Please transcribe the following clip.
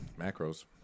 macros